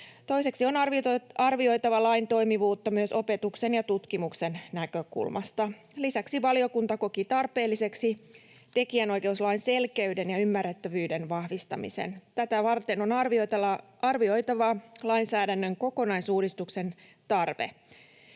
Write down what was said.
Toiseksi on arvioitava lain toimivuutta myös opetuksen ja tutkimuksen näkökulmasta. Lisäksi valiokunta koki tarpeelliseksi tekijänoikeuslain selkeyden ja ymmärrettävyyden vahvistamisen. Tätä varten on arvioitava lainsäädännön kokonaisuudistuksen tarve.